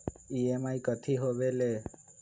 EMI कथी होवेले?